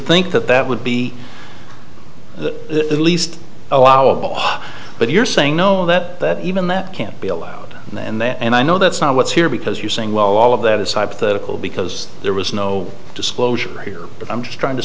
think that that would be the least allowable but you're saying no that even that can't be allowed and that and i know that's not what's here because you're saying well all of that is hypothetical because there was no disclosure here i'm just trying to